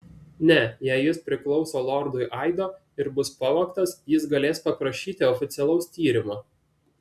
ne jei jis priklauso lordui aido ir bus pavogtas jis galės paprašyti oficialaus tyrimo